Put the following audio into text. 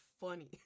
funny